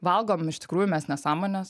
valgom iš tikrųjų mes nesąmones